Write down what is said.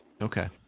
Okay